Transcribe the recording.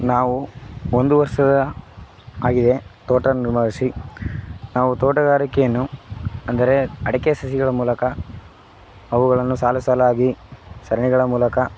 ನಾವು ಒಂದು ವರ್ಷದ ಆಗಿದೆ ತೋಟವನ್ನ ನಿಭಾಯಿಸಿ ನಾವು ತೋಟಗಾರಿಕೆಯನ್ನು ಅಂದರೆ ಅಡಿಕೆ ಸಸಿಗಳ ಮೂಲಕ ಅವುಗಳನ್ನು ಸಾಲು ಸಾಲಾಗಿ ಸರಣಿಗಳ ಮೂಲಕ